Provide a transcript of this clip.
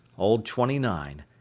old twenty nine,